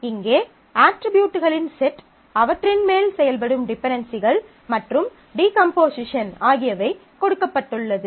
இங்கே அட்ரிபியூட்களின் செட் அவற்றின் மேல் செயல்படும் டிபென்டென்சிகள் மற்றும் டீகம்போசிஷன் ஆகியவை கொடுக்கப்பட்டுள்ளது